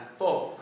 four